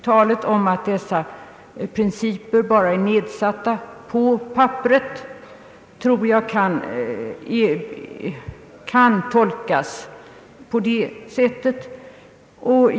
Talet om att dessa principer »bara är nedsatta på papperet» kan enligt min uppfattning tolkas på det sättet.